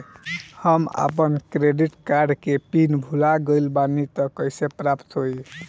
हम आपन credit card के पिन भुला गइल बानी त कइसे प्राप्त होई?